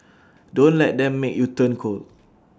don't let them make you turn cold